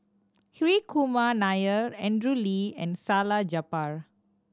Hri Kumar Nair Andrew Lee and Salleh Japar